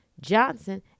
Johnson